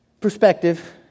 Perspective